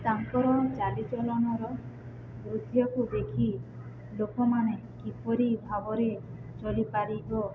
ତାଙ୍କର ଚାଲିଚଳନର କୁ ଦେଖି ଲୋକମାନେ କିପରି ଭାବରେ ଚାଲିପାରିବ